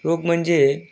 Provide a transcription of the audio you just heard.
रोग म्हणजे